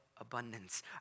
abundance